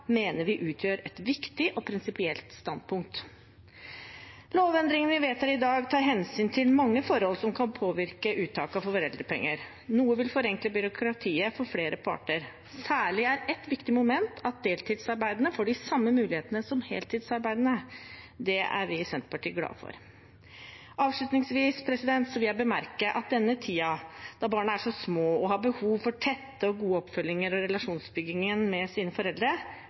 mener vi utgjør et viktig og prinsipielt standpunkt. Lovendringene vi vedtar i dag, tar hensyn til mange forhold som kan påvirke uttak av foreldrepenger. Noe vil forenkle byråkratiet for flere parter. Ett særlig viktig moment er at deltidsarbeidende får de samme mulighetene som heltidsarbeidende. Det er vi i Senterpartiet glad for. Avslutningsvis vil jeg bemerke at denne tiden da barna er så små og har behov for tett og god oppfølging og relasjonsbygging med sine foreldre,